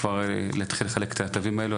כבר להתחיל לחלק את התווים האלו,